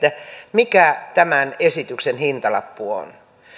mikä tämän esityksen hintalappu on